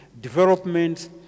development